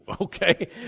okay